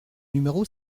numéro